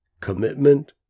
commitment